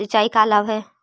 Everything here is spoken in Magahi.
सिंचाई का लाभ है?